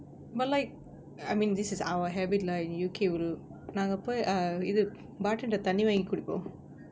but like I mean this is our habit lah in U_K ஒரு நாங்க போய் இது:oru naanga poi ithu bottle தண்ணி வங்கி குடிப்போம்:thanni vaangi kudippom